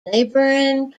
neighboring